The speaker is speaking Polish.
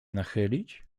nachylić